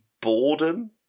boredom